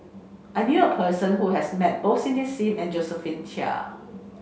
I knew a person who has met both Cindy Sim and Josephine Chia